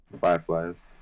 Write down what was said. Fireflies